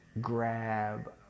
grab